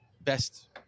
Best